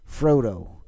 Frodo